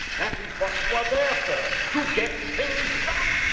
that is what you are there for. to get things done.